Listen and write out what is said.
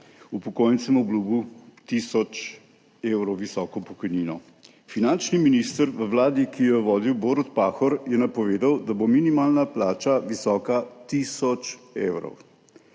upokojencem obljubil tisoč evrov visoko pokojnino. Finančni minister v vladi, ki jo je vodil Borut Pahor, je napovedal, da bo minimalna plača visoka tisoč evrov.